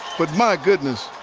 but my goodness,